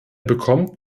bekommt